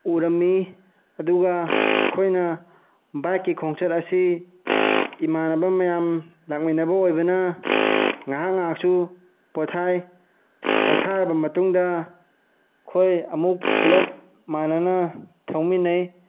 ꯎꯔꯝꯃꯤ ꯑꯗꯨꯒ ꯑꯩꯈꯣꯏꯅ ꯕꯥꯏꯛꯀꯤ ꯈꯣꯡꯆꯠ ꯑꯁꯤ ꯏꯃꯥꯟꯅꯕ ꯃꯌꯥꯝ ꯂꯥꯛꯃꯤꯟꯅꯕ ꯑꯣꯏꯕꯅ ꯉꯥꯏꯍꯥꯛ ꯉꯥꯏꯍꯥꯛꯁꯨ ꯄꯣꯊꯥꯏ ꯄꯣꯊꯥꯔꯕ ꯃꯇꯨꯡꯗ ꯑꯩꯈꯣꯏ ꯑꯃꯨꯛ ꯄꯨꯂꯞ ꯃꯥꯟꯅꯅ ꯊꯧꯃꯤꯟꯅꯩ